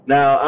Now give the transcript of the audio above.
Now